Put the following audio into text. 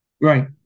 Right